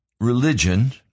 Religion